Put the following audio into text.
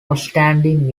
outstanding